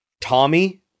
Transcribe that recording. Tommy